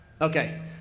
Okay